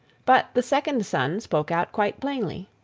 but the second son spoke out quite plainly.